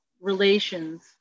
relations